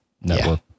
network